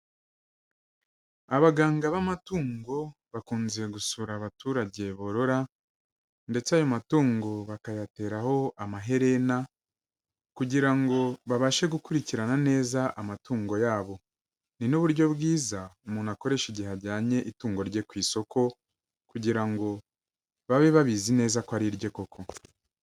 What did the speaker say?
Abaganga b'amatungo, bakunze gusura abaturage borora, ndetse ayo matungo bakayateraho amaherena, kugira ngo babashe gukurikirana neza amatungo yabo. Ni n'uburyo bwiza, umuntu akoresha igihe yajyanye itungo rye ku isoko, kugira ngo babe babizi neza ko ari irye koko.